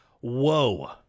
Whoa